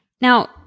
Now